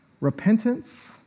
repentance